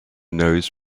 knows